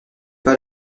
pas